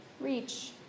Reach